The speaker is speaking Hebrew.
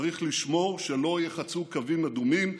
צריך לשמור שלא ייחצו קווים אדומים.